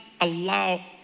allow